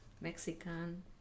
Mexican